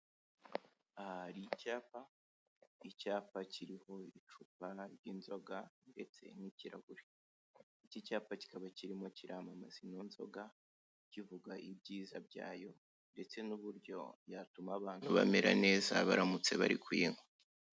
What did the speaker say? Aha icyapa, icyapa kiriho icupa ry'inzoga ndetse n'ikirahure, iki cyapa kikaba kirimo kiramamaza ino nzoga, kivuga ibyiza byayo ndetse n'uburyo yatuma abantu bamera neza baramutse bari kuyinywa.